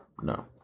no